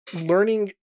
learning